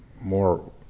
more